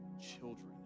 children